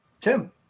Tim